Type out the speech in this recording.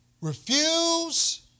Refuse